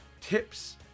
tips